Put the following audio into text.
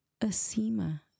acima